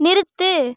நிறுத்து